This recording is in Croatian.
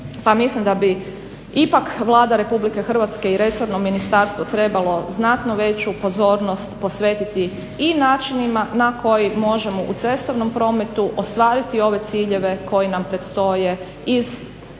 mislim da bi ipak Vlada RH i resorno ministarstvo trebalo znatno veću pozornost posvetiti i načinima na koji možemo u cestovnom prometu ostvariti ove ciljeve koji nam predstoje iz